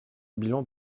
bilan